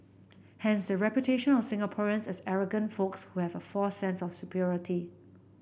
hence the reputation of Singaporeans as arrogant folks who have a false sense of superiority